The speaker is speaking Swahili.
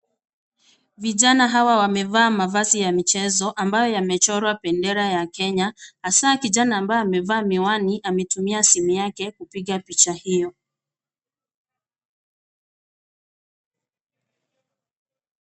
Vijana hawa wamevaa mavazi ya michezo ambayo yamechorwa bendera ya Kenya, hasaa kijana ambaye amevaa miwani ametumia simu yake kuoiga picha hiyo.